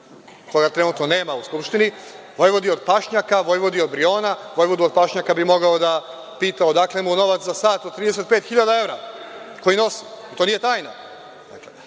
koga trenutno nema u Skupštini, vojvodi od pašnjaka, vojvodi od Briona, a vojvodu od pašnjaka bi i mogao da pitam odakle mu novac za sat od 35.000 evra koji nosi i to nije tajna.